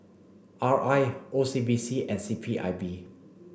R I O C B C and C P I B